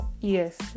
yes